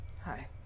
hi